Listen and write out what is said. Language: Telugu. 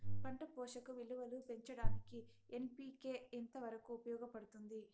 పంట పోషక విలువలు పెంచడానికి ఎన్.పి.కె ఎంత వరకు ఉపయోగపడుతుంది